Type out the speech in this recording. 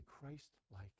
Christ-like